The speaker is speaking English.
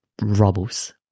rubbles